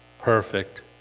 perfect